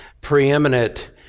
preeminent